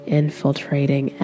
infiltrating